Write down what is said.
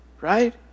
Right